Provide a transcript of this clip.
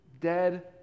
dead